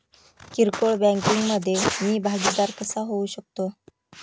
किरकोळ बँकिंग मधे मी भागीदार कसा होऊ शकतो?